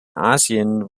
asien